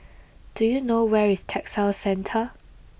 do you know where is Textile Centre